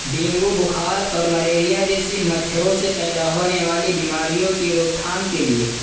dengue بخار اور malaria جیسی مچھروں سے پیدا ہونے والی بیماریوں کی روک تھام کے لیے